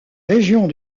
régions